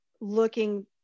looking